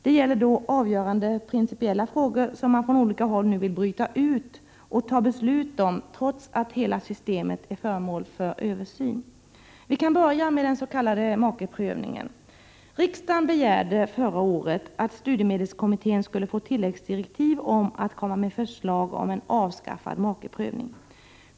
Det gäller då avgörande principiella frågor som man från olika håll nu vill bryta ut och besluta om trots att hela systemet är föremål för översyn. Vi kan börja med den s.k. makeprövningen. Riksdagen begärde förra året att studiemedelskommittén skulle få tilläggsdirektiv om att komma med förslag om ett avskaffande av makeprövning.